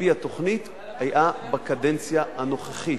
על-פי התוכנית, היתה בקדנציה הנוכחית,